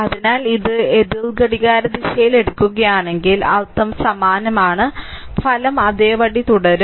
അതിനാൽ ഇത് എതിർ ഘടികാരദിശയിൽ എടുക്കുകയാണെങ്കിൽ അർത്ഥം സമാനമാണ് ഫലം അതേപടി തുടരും